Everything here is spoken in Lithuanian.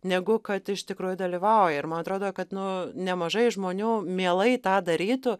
negu kad iš tikrųjų dalyvauja ir man atrodo kad nu nemažai žmonių mielai tą darytų